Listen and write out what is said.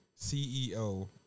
ceo